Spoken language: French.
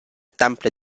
temple